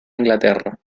inglaterra